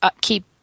keep